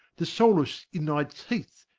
the solus in thy teeth,